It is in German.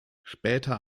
später